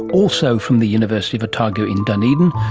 also from the university of otago in dunedin,